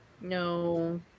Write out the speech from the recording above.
No